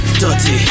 Dirty